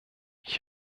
ich